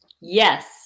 Yes